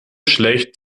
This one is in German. schlecht